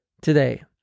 today